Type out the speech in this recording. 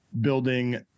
building